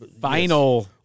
final